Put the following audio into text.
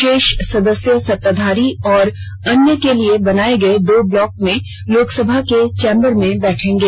शेष सदस्य सत्ताधारी और अन्य के लिए बनाए गए दो ब्लॉकों में लोकसभा के चेम्बर में बैठेंगे